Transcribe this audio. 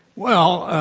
well,